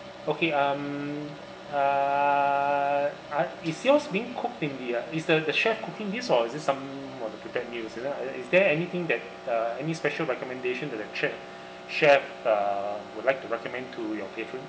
okay um uh uh is yours being cooked in the uh is the the chef cooking this or is there some is there anything that uh any special recommendation that the chef chef uh would like to recommend to your patrons